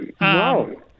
No